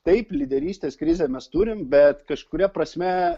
taip lyderystės krizę mes turim bet kažkuria prasme